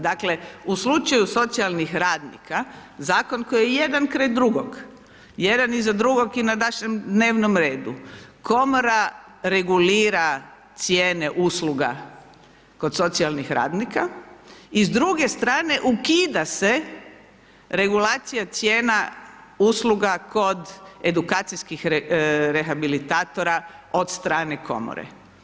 Dakle, u slučaju socijalnih radnika Zakon koji je jedan kraj drugog, jedan iza drugog, i na našem dnevnom redu, Komora regulira cijene usluga kod socijalnih radnika, i s druge strane ukida se regulacija cijena usluga kod edukacijskih rehabilitatora od strane Komore.